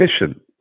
efficient